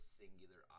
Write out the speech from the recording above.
singular